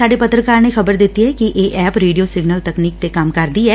ਸਾਡੇ ਪੱਤਰਕਾਰ ਨੇ ਖ਼ਬਰ ਦਿੱਤੀ ਐ ਕਿ ਇਹ ਐਪ ਰੇਡੀਓ ਸਿੰਗਨਲ ਤਕਨੀਕ ਤੇ ਕੰਮ ਕਰਦੀ ਐ